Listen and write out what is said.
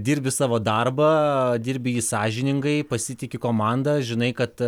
dirbi savo darbą dirbi sąžiningai pasitiki komanda žinai kad